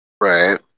Right